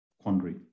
quandary